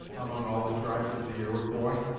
among all the tribes of the iroquois.